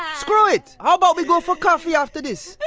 ah screw it! how about we go for coffee after this?